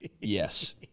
Yes